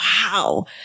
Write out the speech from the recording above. wow